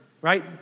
right